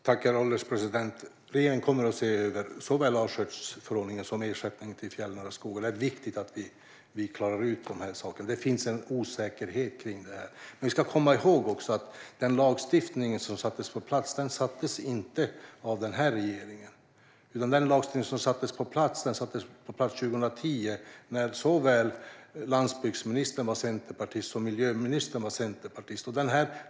Herr ålderspresident! Regeringen kommer att se över såväl artskyddsförordningen som ersättningen till fjällnära skog. Det är viktigt att klara ut, för det finns en osäkerhet kring detta. Vi ska också komma ihåg att den lagstiftning som gäller inte sattes på plats av den här regeringen. Den sattes på plats 2010, då såväl landsbygdsministern som miljöministern var centerpartist.